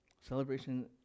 Celebration